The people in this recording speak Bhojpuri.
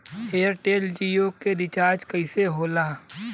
एयरटेल जीओ के रिचार्ज कैसे होला?